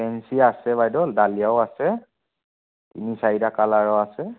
পেঞ্চি আছে বাইদ' ডালিয়াও আছে তিনি চাৰিটা কালাৰৰ আছে